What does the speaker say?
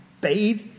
bathe